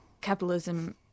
capitalism